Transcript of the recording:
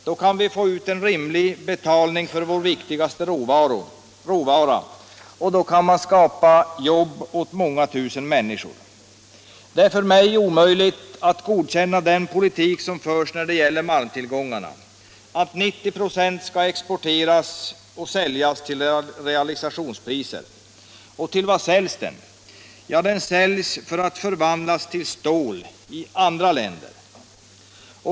Då kan vi få ut en rimlig betalning för vår viktigaste råvara, och då kan vi skapa jobb åt många tusen människor. Det är omöjligt att godkänna den politik som nu förs när det gäller malmtillgångarna — att 90 96 skall exporteras och säljas till realisationspriser. Och till vad säljs den? Jo, den säljs för att förvandlas till stål i andra länder.